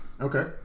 Okay